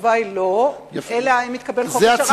התשובה היא לא, אלא אם כן יתקבל חוק השר"פ שלי.